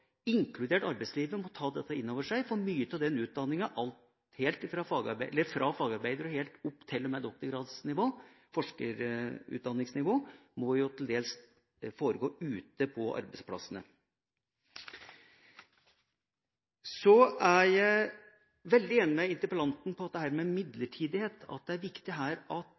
inkludert arbeidslivet, må ta dette inn over seg, for mye av den utdanninga, fra fagarbeider og helt opp til og med doktorgradsnivå, forskerutdanningsnivå, må til dels foregå ute på arbeidsplassene. Så er jeg veldig enig med interpellanten i dette med midlertidighet, at det er viktig at